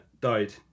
Died